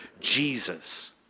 Jesus